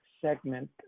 segment